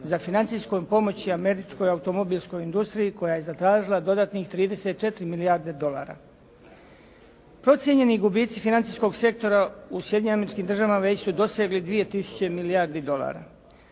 za financijskom pomoći američkoj automobilskoj industriji koja je zatražila dodatnih 34 milijarde dolara. Procijenjeni gubici financijskog sektora u Sjedinjenim Američkim Državama već su dosegli dvije tisuće milijardi dolara.